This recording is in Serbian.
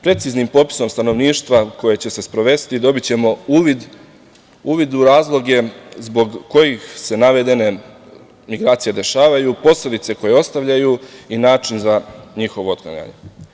Preciznim popisom stanovništva koje će se sprovesti dobićemo uvid u razloge zbog kojih se navedene migracije dešavaju, posledice koje ostavljaju i način za njihovo otklanjanje.